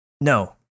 No